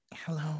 hello